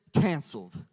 canceled